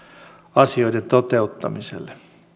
asioiden toteuttamiselle